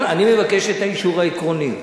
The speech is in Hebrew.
אני מבקש את האישור העקרוני.